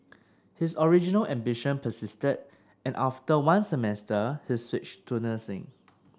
his original ambition persisted and after one semester he switched to nursing